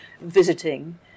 visiting